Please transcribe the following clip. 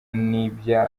n’ibyo